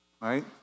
Right